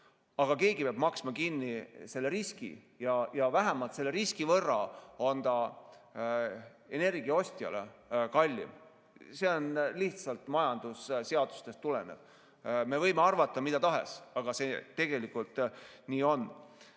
Aga keegi peab maksma kinni selle riski ja vähemalt selle riski võrra on ta energia ostjale kallim. See lihtsalt tuleneb majandusseadustest. Me võime arvata mida tahes, aga see nii on.